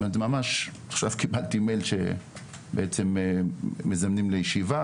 ממש עכשיו קיבלתי מייל שבעצם מזמנים לישיבה,